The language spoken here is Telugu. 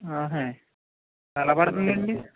ఎలా పదుతుంది అండి